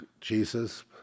Jesus